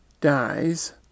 dies